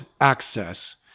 access